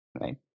right